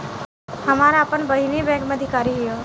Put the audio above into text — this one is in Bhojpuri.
हमार आपन बहिनीई बैक में अधिकारी हिअ